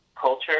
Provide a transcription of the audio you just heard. culture